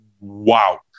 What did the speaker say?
wow